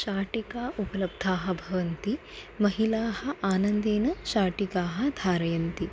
शाटिकाः उपलब्धाः भवन्ति महिलाः आनन्देन शाटिकाः धारयन्ति